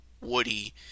Woody